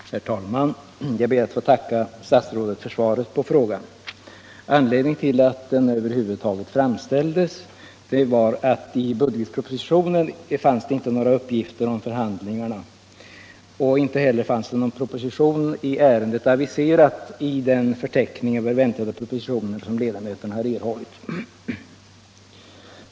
na rörande taxor Herr talman! Jag ber att få tacka statsrådet för svaret. för godstrafiken på Anledningen till att frågan över huvud taget framställdes är att bud — Gotland getpropositionen inte innehöll några uppgifter om förhandlingarna. Inte heller fanns någon proposition i ärendet aviserad i den förteckning över väntade propositioner som ledamöterna har erhållit.